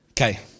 Okay